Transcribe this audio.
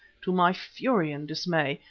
to my fury and dismay,